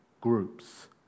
groups